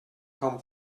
come